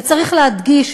וצריך להדגיש,